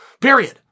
Period